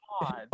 god